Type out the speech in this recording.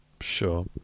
sure